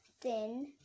thin